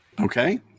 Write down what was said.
Okay